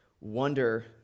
wonder